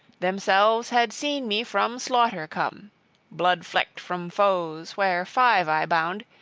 themselves had seen me from slaughter come blood-flecked from foes, where five i bound,